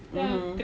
mmhmm